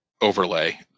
overlay